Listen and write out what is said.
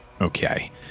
Okay